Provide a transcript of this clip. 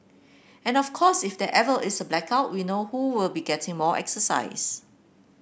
and of course if there ever is a blackout we know who will be getting more exercise